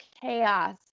chaos